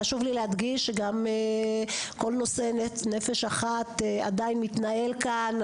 חשוב לי להדגיש שגם כל נושא נפש אחת עדיין מתנהל כאן.